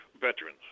veterans